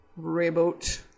Rayboat